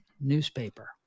newspaper